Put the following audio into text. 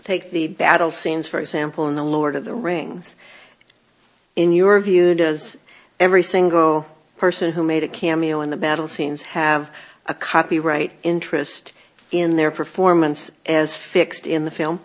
take the battle scenes for example in the lord of the rings in your view does every single person who made a cameo in the battle scenes have a copyright interest in their performance as fixed in the film